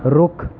ਰੁੱਖ